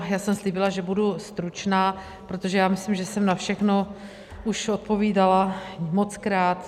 Já jsem slíbila, že budu stručná, protože myslím, že jsem na všechno už odpovídala mockrát.